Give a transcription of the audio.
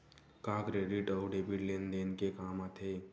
का क्रेडिट अउ डेबिट लेन देन के काम आथे?